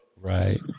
right